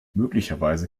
möglicherweise